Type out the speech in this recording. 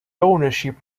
ownership